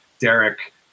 Derek